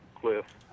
Cliff